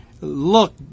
look